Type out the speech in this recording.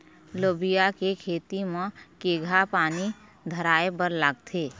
लोबिया के खेती म केघा पानी धराएबर लागथे?